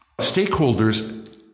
Stakeholders